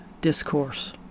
discourse